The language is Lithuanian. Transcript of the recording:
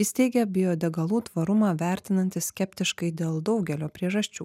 jis teigia biodegalų tvarumą vertinantis skeptiškai dėl daugelio priežasčių